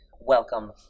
welcome